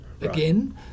again